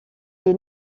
est